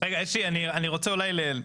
אני רוצה להסביר.